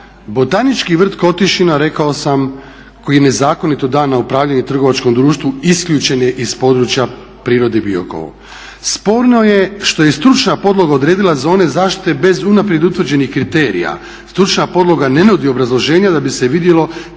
Botanički vrt Kotišina rekao sam koji je nezakonito dan na upravljanje trgovačkom društvu isključen je iz područja prirode Biokova. Sporno je što je stručna podloga odredila zone zaštite bez unaprijed utvrđenih kriterija. Stručna podloga ne nudi obrazloženje da bi se vidjelo